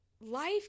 life